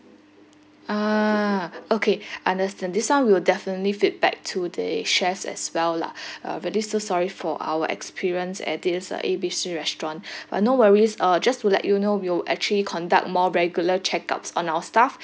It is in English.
ah okay understand this one we will definitely feedback to the chefs as well lah uh really so sorry for our experience at this uh A B C restaurant but no worries uh just to let you know we'll actually conduct more regular check ups on our staff